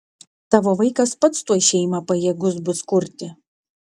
tavo vaikas pats tuoj šeimą pajėgus bus kurti